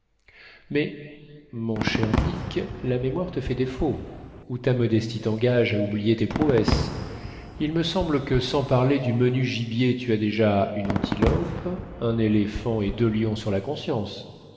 mais mon cher dick la mémoire te fait défaut ou ta modestie t'engage à oublier tes prouesses il me semble que sans parler du menu gibier tu as déjà une antilope un éléphant et deux lions sur la conscience